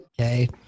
Okay